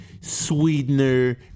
sweetener